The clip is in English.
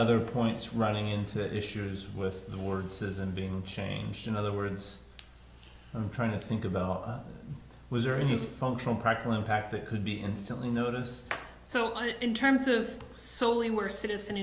other points running into issues with the words isn't being changed in other words i'm trying to think about what was there in the phone call practical impact that could be instantly noticed so in terms of so we were citizen